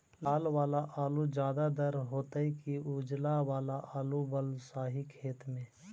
लाल वाला आलू ज्यादा दर होतै कि उजला वाला आलू बालुसाही खेत में?